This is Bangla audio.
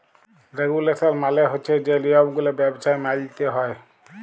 রেগুলেশল মালে হছে যে লিয়মগুলা ব্যবছায় মাইলতে হ্যয়